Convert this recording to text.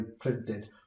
printed